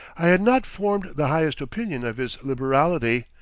i had not formed the highest opinion of his liberality.